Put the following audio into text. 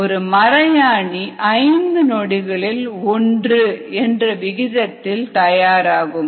ஒரு மறையாணி 5 நொடிகளில் 1 என்ற விகிதத்தில் தயாராகும்